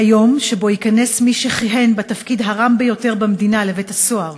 "היום שבו ייכנס מי שכיהן בתפקיד הרם ביותר במדינה לבית-הסוהר,